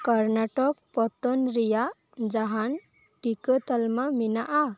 ᱠᱚᱨᱱᱟᱴᱚᱠ ᱯᱚᱛᱚᱱ ᱨᱮᱭᱟᱜ ᱡᱟᱸᱦᱟᱱ ᱴᱤᱠᱟᱹ ᱛᱟᱞᱢᱟ ᱢᱮᱱᱟᱜᱼᱟ